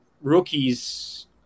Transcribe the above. rookies